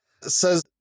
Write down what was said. says